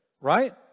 right